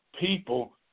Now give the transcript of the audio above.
people